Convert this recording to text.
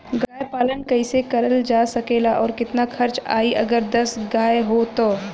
गाय पालन कइसे करल जा सकेला और कितना खर्च आई अगर दस गाय हो त?